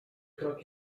krok